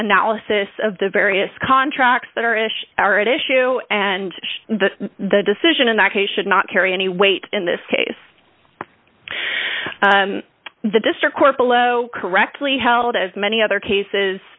analysis of the various contracts that are ish are at issue and that the decision in that case should not carry any weight in this case the district court below correctly held as many other cases